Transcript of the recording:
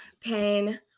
Pain